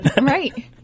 Right